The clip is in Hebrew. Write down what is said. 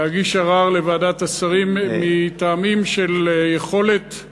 להגיש ערר לוועדת השרים מטעמים של יכולת,